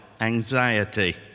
Anxiety